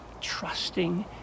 trusting